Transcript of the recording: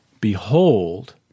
Behold